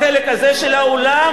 להושיב אתכם בחלק הזה של האולם,